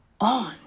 on